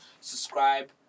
Subscribe